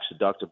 deductible